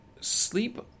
sleep